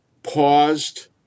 paused